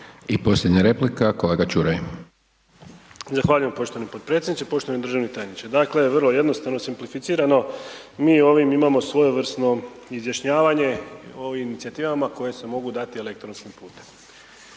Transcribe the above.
I posljednja replika, kolega Čuraj. **Čuraj, Stjepan (HNS)** Zahvaljujem poštovani potpredsjedniče. Poštovani državni tajniče, dakle vrlo jednostavno, simplificirano, mi ovim imamo svojevrsno izjašnjavanje o ovim inicijativama koje se mogu dati elektronskim putem.